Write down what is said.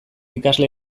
ikasle